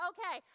Okay